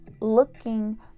looking